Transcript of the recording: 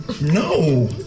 No